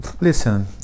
Listen